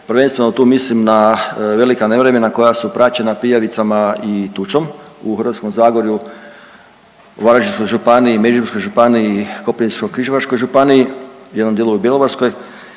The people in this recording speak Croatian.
prvenstveno tu mislim na velika nevremena koja su praćena pijavicama i tučom. U Hrvatskom zagorju u Varaždinskoj županiji, u Međimurskoj županiji, jednom dijelu u Bjelovarskoj